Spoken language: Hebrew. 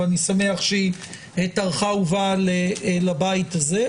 ואני שמח שהיא טרחה ובאה לבית הזה,